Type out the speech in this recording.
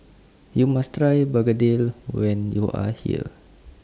YOU must Try Begedil when YOU Are here